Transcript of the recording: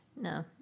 No